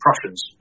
Prussians